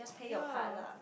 ya